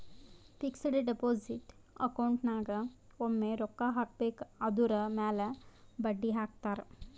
fixed deposit account ನಾಗ್ ಒಮ್ಮೆ ರೊಕ್ಕಾ ಹಾಕಬೇಕ್ ಅದುರ್ ಮ್ಯಾಲ ಬಡ್ಡಿ ಹಾಕ್ತಾರ್